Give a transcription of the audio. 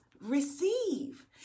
receive